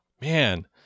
man